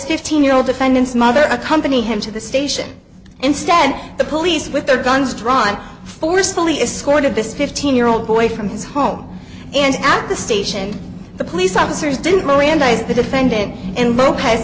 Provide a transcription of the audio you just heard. fifteen year old defendant's mother accompany him to the station instead the police with their guns drawn forcefully as sort of this fifteen year old boy from his home and at the station the police officers didn't mirandize the defendant and lopez